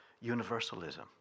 universalism